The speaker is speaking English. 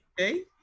Okay